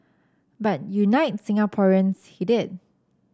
but unite Singaporeans he did